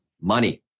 money